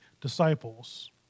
disciples